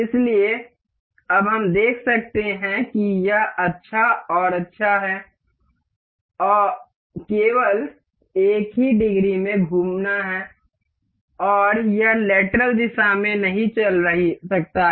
इसलिए अब हम देख सकते हैं कि यह अच्छा और अच्छा है केवल एक ही डिग्री में घूमना और यह लेटरल दिशा में नहीं चल सकता है